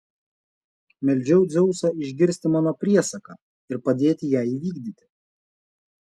meldžiau dzeusą išgirsti mano priesaką ir padėti ją įvykdyti